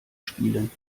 spielen